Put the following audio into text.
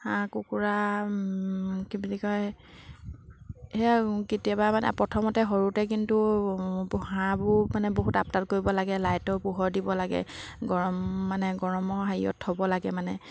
হাঁহ কুকুৰা কি বুলি কয় সেয়া কেতিয়াবা মানে প্ৰথমতে সৰুতে কিন্তু হাঁহবোৰ মানে বহুত আপডাল কৰিব লাগে লাইটৰ পোহৰ দিব লাগে গৰম মানে গৰমৰ হেৰিয়ত থ'ব লাগে মানে